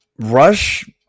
Rush